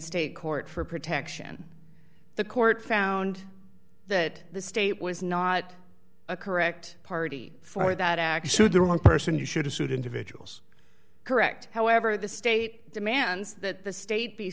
state court for protection the court found that the state was not a correct party for that act so the wrong person should have sued individuals correct however the state demands that the state be